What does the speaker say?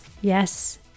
Yes